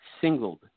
singled